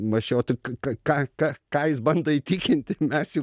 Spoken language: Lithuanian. mąsčiau tai ką ką ką ką ką jis bando įtikinti mes juk